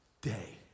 day